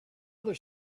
other